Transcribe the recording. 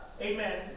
Amen